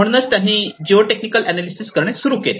म्हणूनच त्यांनी geo technical analysis करणे सुरू केले